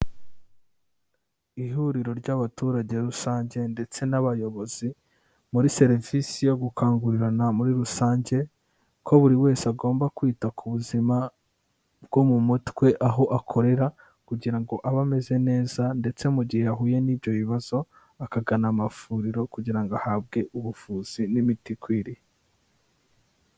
Ihuriro ry'abaturage rusange ndetse n'abayobozi muri serivisi yo gukangurirana muri rusange ko buri wese agomba kwita ku buzima bwo mu mutwe, aho akorera kugira ngo abe ameze neza ndetse mu gihe ahuye n'ibyo bibazo, akagana amavuriro kugira ngo ahabwe ubuvuzi n'imiti ikwiriye.